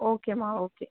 ஓகேம்மா ஓகே